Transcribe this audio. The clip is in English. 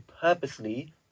purposely